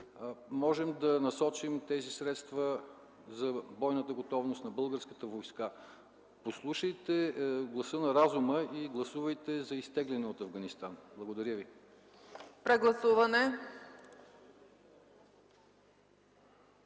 мисия, да насочим тези средства за бойната готовност на българската войска. Послушайте гласа на разума и гласувайте за изтегляне от Афганистан. Благодаря ви. ПРЕДСЕДАТЕЛ